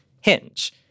Hinge